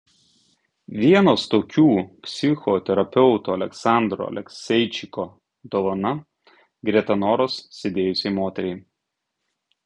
vienas tokių psichoterapeuto aleksandro alekseičiko dovana greta noros sėdėjusiai moteriai